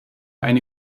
eine